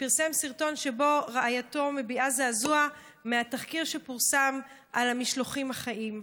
ופרסם סרטון שבו רעייתו מביעה זעזוע מהתחקיר שפורסם על המשלוחים החיים.